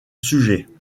sujet